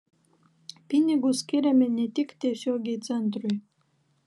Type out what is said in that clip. pinigus skyrėme ne tik tiesiogiai centrui